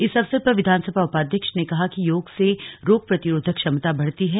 इस अवसर पर विधानसभा उपाध्यक्ष ने कहा कि योग से रोग प्रतिरोधक क्षमता बढ़ती है